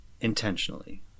intentionally